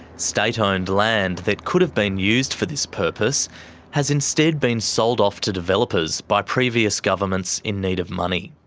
state-owned land that could've been used for this purpose has instead been sold off to developers by previous governments in need of money.